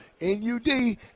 N-U-D